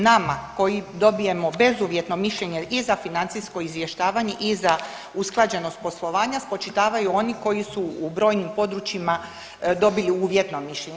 Nama koji dobijemo bezuvjetno mišljenje i za financijsko izvještavanje i za usklađenost poslovanja spočitavaju oni koji su brojnim područjima dobili uvjetno mišljenje.